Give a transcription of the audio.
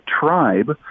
tribe